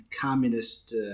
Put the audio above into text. communist